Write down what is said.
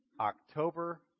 October